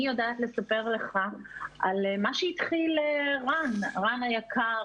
אני יודעת לספר לך על מה שהתחיל רן היקר.